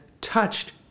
touched